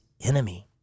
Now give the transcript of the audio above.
enemy